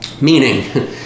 Meaning